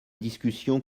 discussion